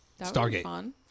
Stargate